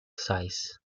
size